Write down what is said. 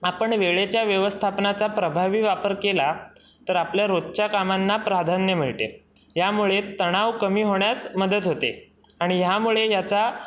आपण वेळेच्या व्यवस्थापनाचा प्रभावी वापर केला तर आपल्या रोजच्या कामांना प्राधान्य मिळते यामुळे तणाव कमी होण्यात मदत होते आणि ह्यामुळे याचा